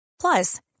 Plus